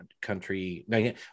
country